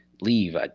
leave